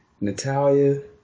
Natalia